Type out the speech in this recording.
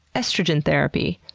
estrogen therapy,